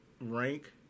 rank